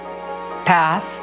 path